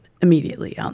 immediately